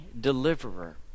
Deliverer